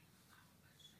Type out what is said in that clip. ההצבעה נעולה.